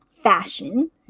fashion